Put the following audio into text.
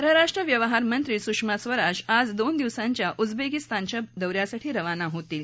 परराष्ट्र व्यवहार मंत्री सुषमा स्वराज आज दोन दिवसाच्या उजबेकीस्तानच्या दौ यासाठी रवाना होतील